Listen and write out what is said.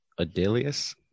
Adelius